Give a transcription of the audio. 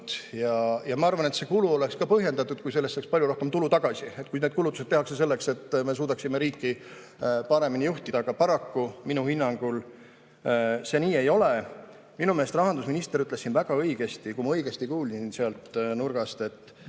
Ja ma arvan, et see kulu oleks ka põhjendatud, kui sellest saaks palju rohkem tulu tagasi, kui need kulutused tehakse selleks, et me suudaksime riiki paremini juhtida. Aga paraku minu hinnangul see nii ei ole. Minu meelest rahandusminister ütles siin väga õigesti, kui ma õigesti kuulsin sealt nurgast, et